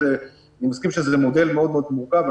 אני מסכים שזה מודל מאוד מאוד מורכב.